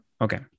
Okay